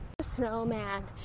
snowman